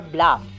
Bluff